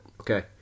okay